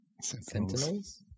Sentinels